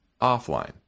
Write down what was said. offline